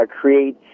create